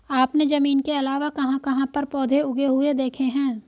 आपने जमीन के अलावा कहाँ कहाँ पर पौधे उगे हुए देखे हैं?